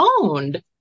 owned